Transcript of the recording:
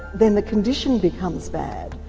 then the condition becomes bad,